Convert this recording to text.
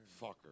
Fucker